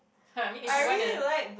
I mean if you wanna